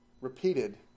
repeated